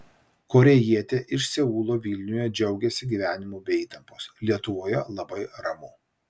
korėjietė iš seulo vilniuje džiaugiasi gyvenimu be įtampos lietuvoje labai ramu